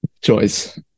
choice